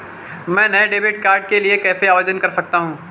मैं नए debit card के लिए कैसे आवेदन कर सकता हूँ?